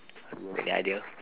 do you have any idea